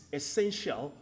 essential